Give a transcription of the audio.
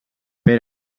per